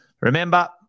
Remember